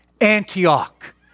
Antioch